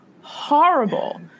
horrible